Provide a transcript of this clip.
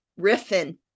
riffing